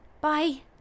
Bye